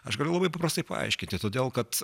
aš galiu labai paprastai paaiškinti todėl kad